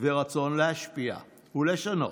ורצון להשפיע ולשנות.